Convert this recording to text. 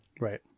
Right